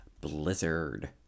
Blizzard